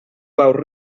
pau